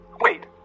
Wait